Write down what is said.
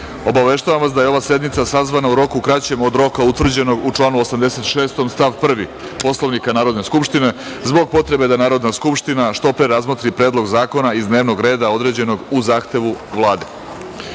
obaveštavam vas da je ova sednica sazvana u roku kraćem od roka utvrđenog u članu 86. stav 1. Poslovnika Narodne skupštine, zbog potrebe da Narodna skupština što pre razmotri Predlog zakona iz dnevnog reda određenog u Zahtevu